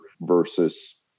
versus